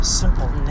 simple